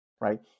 right